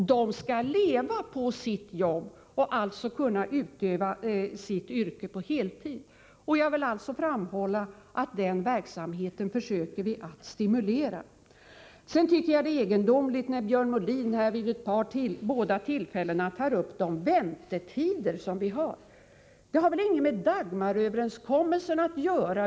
De skall leva på sitt yrke och måste alltså kunna utöva det på heltid. Jag vill framhålla att vi försöker stimulera den verksamheten. Sedan tycker jag det är egendomligt att Björn Molin vid ett par tillfällen tar upp de väntetider som finns. Detta har väl ingenting med Dagmaröverenskommelsen att göra!